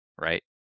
right